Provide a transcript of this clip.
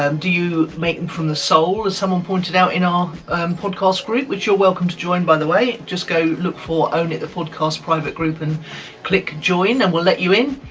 um do you make em from the soul, as someone pointed out in our podcast group, which you're welcome to join, by the way. just go look for own it the podcast private group and click join, and we'll let you in.